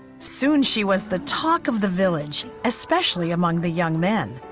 soon she was the talk of the village, especially among the young men.